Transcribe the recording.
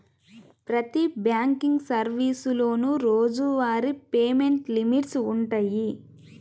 ప్రతి బ్యాంకింగ్ సర్వీసులోనూ రోజువారీ పేమెంట్ లిమిట్స్ వుంటయ్యి